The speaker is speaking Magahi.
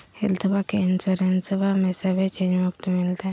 हेल्थबा के इंसोरेंसबा में सभे चीज मुफ्त मिलते?